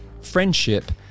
friendship